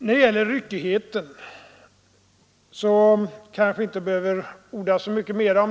I fråga om ryckigheten kanske jag inte heller behöver orda så mycket.